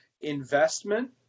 investment